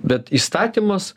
bet įstatymas